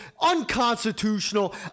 Unconstitutional